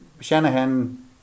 shanahan